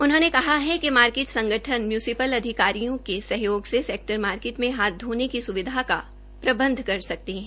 उन्होंने कहा कि मार्किट संगठन मंय्सिपल अधिकारियों के सहयोग से सेकटर मार्किट में हाथ धोने की स्विधा का प्रबंध कर सकते है